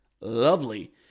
Lovely